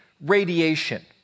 radiation